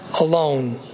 alone